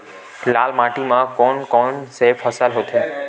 लाल माटी म कोन कौन से फसल होथे?